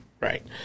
right